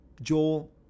Joel